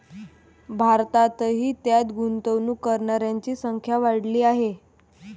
भारतातही त्यात गुंतवणूक करणाऱ्यांची संख्या वाढली आहे